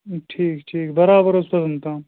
ٹھیٖک ٹھیٖک برابر حظ توٚتَن تام